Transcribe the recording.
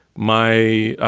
my